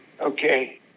Okay